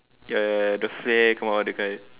ya ya ya the flare come out that kind